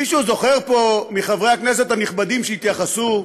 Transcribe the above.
מישהו זוכר פה, מחברי הכנסת הנכבדים שהתייחסו,